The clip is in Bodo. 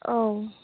औ